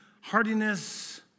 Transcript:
hardiness